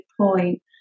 point